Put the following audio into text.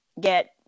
Get